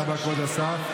תודה רבה, כבוד השר.